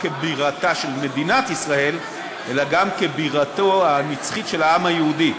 כבירתה של מדינת ישראל אלא גם כבירתו הנצחית של העם היהודי,